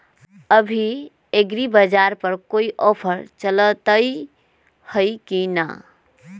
अभी एग्रीबाजार पर कोई ऑफर चलतई हई की न?